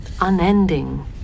unending